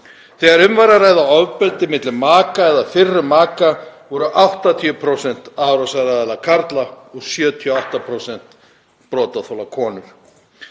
Þegar um var að ræða ofbeldi milli maka eða fyrrverandi maka voru 80% árásaraðila karlar og 78% brotaþola konur.